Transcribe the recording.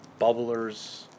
bubblers